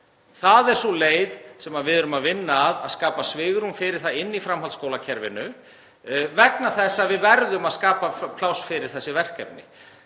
Það er sú leið sem við erum að vinna að, að skapa svigrúm fyrir það inni í framhaldsskólakerfinu, vegna þess að við verðum að skapa pláss fyrir þessi verkefni.